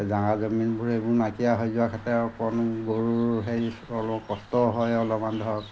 জাগা জমিনবোৰ এইবোৰ নাইকিয়া হৈ যোৱাৰ ক্ষেত্ৰত অকণ গৰুৰ হেৰি অলপ কষ্ট হয় অলপমান ধৰক